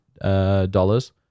dollars